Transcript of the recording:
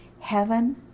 heaven